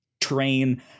train